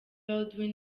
baldwin